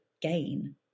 gain